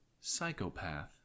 Psychopath